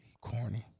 Corny